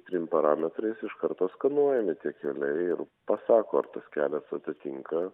trim parametrais iš karto skanuojami tie keliai ir pasako ar tas kelias atitinka